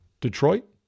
Detroit